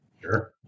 Sure